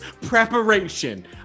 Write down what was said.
preparation